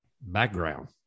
background